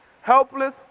Helpless